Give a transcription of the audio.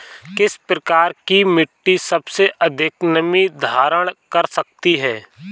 किस प्रकार की मिट्टी सबसे अधिक नमी धारण कर सकती है?